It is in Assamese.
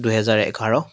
দুহেজাৰ এঘাৰ